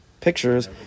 pictures